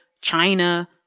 China